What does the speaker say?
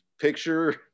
picture